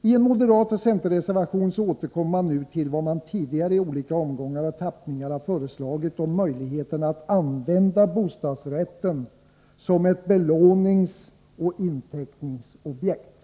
I en moderatoch centerreservation återkommer man nu till vad man tidigare i olika omgångar och tappningar föreslagit när det gäller möjligheterna att använda bostadsrätten som ett belåningsoch inteckningsobjekt.